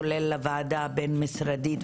כולל לוועדה הבין משרדית,